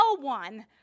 one